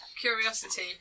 curiosity